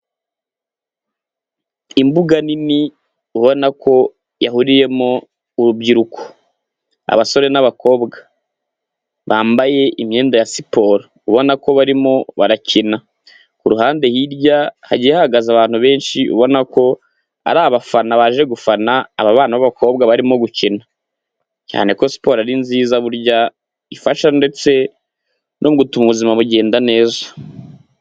Imbuga nini ubona ko yahuriyemo urubyiruko abasore n'abakobwa bambaye imyenda ya siporo ubona ko barimo barakina kuruhande hirya hagiye hahagaze abantu benshi ubona ko ari abafana baje gufana aba bana b'abakobwa barimo gukina cyane ko siporo ni nziza burya ifasha ndetse no gutuma ubuzima bugenda neza.